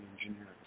engineering